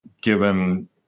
given